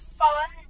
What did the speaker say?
fun